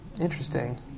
interesting